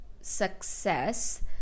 success